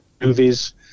movies